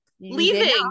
Leaving